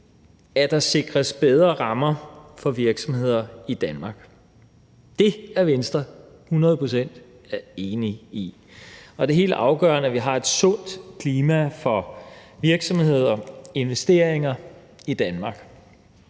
at der sikres bedre rammer for virksomheder i Danmark. Det er Venstre hundrede procent enige i. Det er helt afgørende, at vi har et sundt klima for virksomheder og investeringer i Danmark.